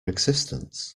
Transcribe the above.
existence